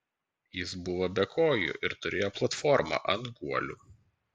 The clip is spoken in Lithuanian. jis buvo be kojų ir turėjo platformą ant guolių